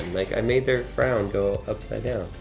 like i made their frown go upside down.